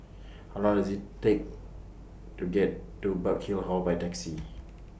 How Long IS IT Take to get to Burkill Hall By Taxi